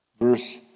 Verse